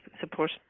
support